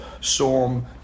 Storm